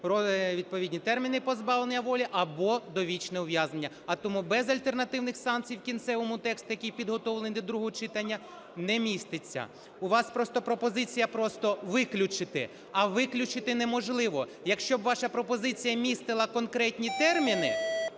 відповідні терміни "позбавлення волі" або "довічне ув'язнення". А тому безальтернативних санкцій в кінцевому тексті, який підготовлений до другого читання, не міститься. У вас просто пропозиція просто виключити, а виключити неможливо. Якщо б ваша пропозиція містила конкретні терміни,